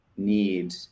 Need